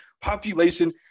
population